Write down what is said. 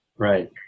Right